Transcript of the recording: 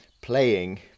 playing